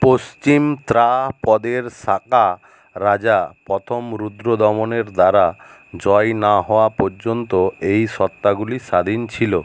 পশ্চিম ত্রাপদের শক রাজা প্রথম রুদ্রদমনের দ্বারা জয় না হওয়া পর্যন্ত এই সত্তাগুলি স্বাধীন ছিল